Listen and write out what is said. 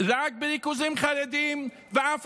בערים חרדיות?